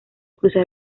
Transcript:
cruzar